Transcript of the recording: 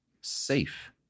safe